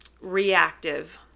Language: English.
reactive